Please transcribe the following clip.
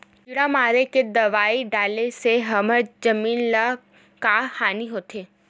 किड़ा मारे के दवाई डाले से हमर जमीन ल का हानि होथे?